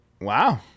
Wow